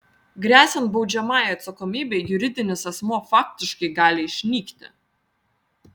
gresiant baudžiamajai atsakomybei juridinis asmuo faktiškai gali išnykti